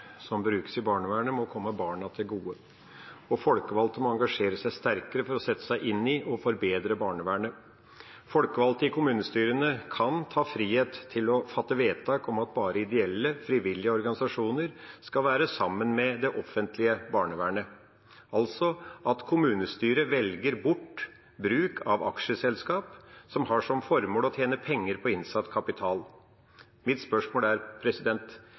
folkevalgte må engasjere seg sterkere for å sette seg inn i og forbedre barnevernet. Folkevalgte i kommunestyrene kan ta seg friheten til å fatte vedtak om at bare ideelle frivillige organisasjoner skal være sammen med det offentlige barnevernet, altså at kommunestyret velger bort bruk av aksjeselskap som har som formål å tjene penger på innsatt kapital. Mitt spørsmål er: